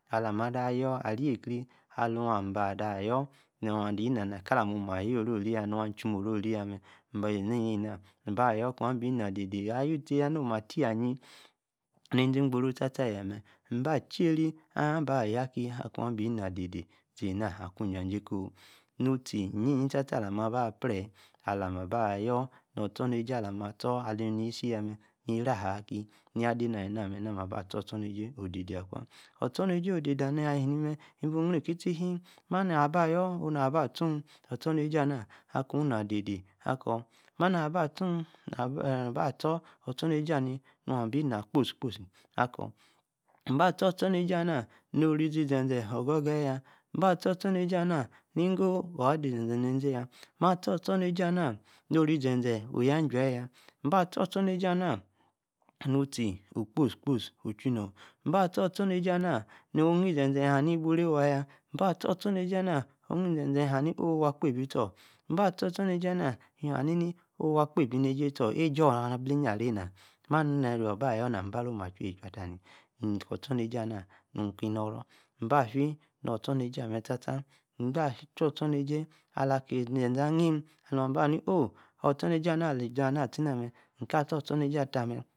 Alaah, ma-da ayor, areykri, aluu, abah da,-yor, nu. adi na, naka, lamh, oma-yoro-ri, yaah, nu, achim, oro-ri-yah mme nben mba-yor, akun, abi na-de-de. aju-tie-yaah, no-ma, atie-ayin, ne-zi-gboro-tar-tar. yie. mme. mba. chery. aba, yaah-ki, aku-n abi-na-de-de, zina, akwa ija-jay ko, nutie, iyie-yi, ta-tar, alowna, aba, prew, alam, ayor, nor, ostornejie alam-ma-tor, ali-ni-si, yemeeh, mme, raah. aki yade-na-ali-na. mme. nam, aba stor-ostornejie, ali-na, dede akwa, ostornejie, ode-de, ali-nimme, mbu, yriki-tie, hee, ma-ona, aba-yor, ona,-ba-tuun, ostornejie ana, akuun ina, de-de, akor, ma, na-ba, tuun, na-ba stor-ostornejie, ami nua-ai-na, kpos-kposi, akor, mba ostor, ostornrjie, ana, no-orizi, ize-zee, oga-geyi, mba ostor, ostomoejie ana-ni-go, oh-wa, di-ze-zee, ne-jay-aa-. ma, stor-ostornejie ana, no-oru-izi-zee oyaa, jiel-yaa, mba, stor-ostornejie, ana-nu-tie, okpo-kpo, ochui-nor, mba, ostor, ostornejie, ana, no-onee, ze-zee, n-huu-eeh, buray-waa, mba stor- ostornrjie, ana, no-onee-ze-zee, haah-ni-oh, waa kpebi stor, mba-tie, ostornejie oma, nn-haani-ni, waa, kpebi ne-jay, stor, oh, ejay-orr, na, bliyin array-na, ma-nu, aba-yor, nam, ba-lom, achor-eeh chu, atani, ostornejie ana, nuu-ki, moro, mba-fi, nor ostornejie-ma, tatar, mba stor-ostornrjir, alaah, ki-ze-zee, anem, nua, aba haah-ni oh, ostornejie ali-za-na. atie na-mme, nka, stor-ostornejie, ata-mme